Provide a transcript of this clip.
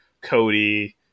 Cody